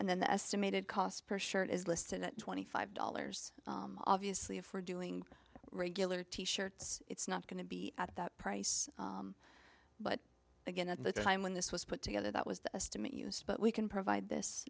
and then the estimated cost per shirt is listed at twenty five dollars obviously if we're doing regular t shirts it's not going to be at that price but again at the time when this was put together that was the estimate used but we can provide this